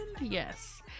Yes